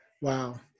Wow